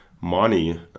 Money